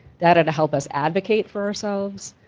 data to help us advocate for ourselves,